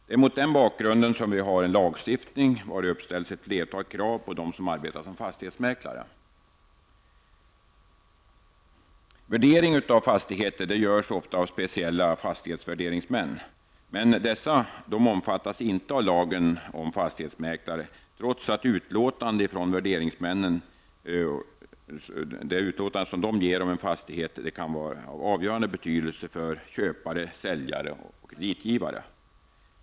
Det är mot den bakgrunden som vi har en lagstiftning, vari uppställs ett flertal krav på dem som arbetar som fastighetsmäklare. Värdering av fastigheter görs ofta av speciella fastighetsvärderingsmän, men dessa omfattas inte av lagen om fastighetsmäklare, trots att utlåtandet som värderingsmannen ger om en fastighet kan vara av avgörande betydelse för köpare, säljare och kreditgivare.